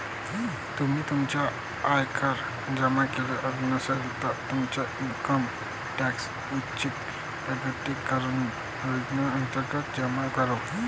तुम्ही तुमचा आयकर जमा केला नसेल, तर तुमचा इन्कम टॅक्स ऐच्छिक प्रकटीकरण योजनेअंतर्गत जमा करा